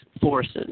forces